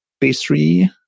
pastry